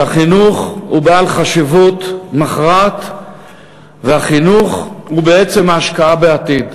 שהחינוך הוא בעל חשיבות מכרעת והחינוך הוא בעצם ההשקעה בעתיד.